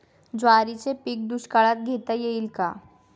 ज्वारीचे पीक दुष्काळात घेता येईल का?